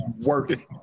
Working